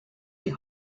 die